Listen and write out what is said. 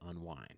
unwind